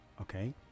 okay